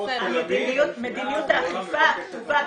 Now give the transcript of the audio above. מדיניות האכיפה כתובה.